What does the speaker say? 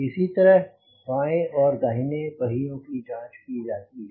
इसी तरह बाएं और दाहिने पहियों की जांच की जाती है